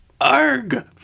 Arg